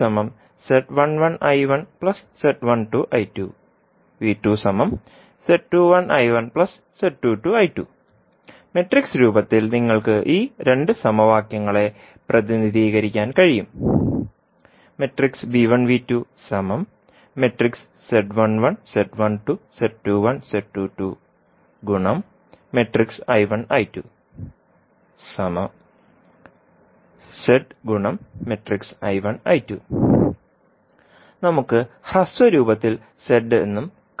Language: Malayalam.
നമുക്ക് എഴുതാം മാട്രിക്സ് രൂപത്തിൽ നിങ്ങൾക്ക് ഈ രണ്ട് സമവാക്യങ്ങളെ പ്രതിനിധീകരിക്കാൻ കഴിയും നമുക്ക് ഹ്രസ്വ രൂപത്തിൽ എന്നും കറന്റ് വെക്റ്റർ എന്നും എഴുതാം